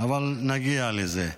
אבל נגיע לזה.